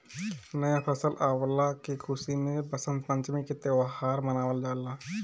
नया फसल अवला के खुशी में वसंत पंचमी के त्यौहार मनावल जाला